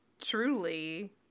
truly